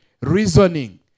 reasoning